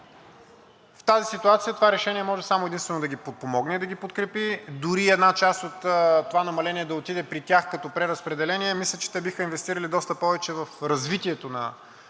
В тази ситуация това решение може само и единствено да ги подпомогне и да ги подкрепи. Дори една част от това намаление да отиде при тях като преразпределение, мисля, че те биха инвестирали доста повече в развитието на